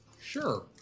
Sure